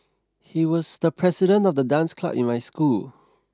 he was the president of the dance club in my school